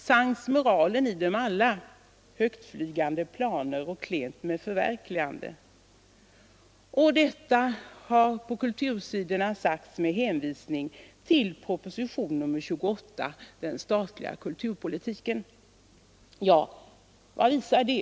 Sensmoralen i dem alla är högtflygande planer och klent med förverkligandet. Och detta har på kultursidorna anförts med hänvisning till propositionen 28 om den statliga kulturpolitiken. Vad visar det?